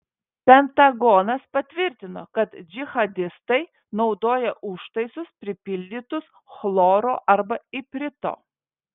pentagonas patvirtino kad džihadistai naudoja užtaisus pripildytus chloro arba iprito